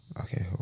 Okay